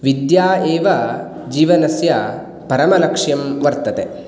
विद्या एव जीवनस्य परमलक्ष्यं वर्तते